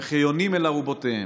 וכיונים אל ארבתיהם".